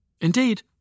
Indeed